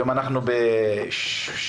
היום יש 80